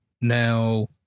now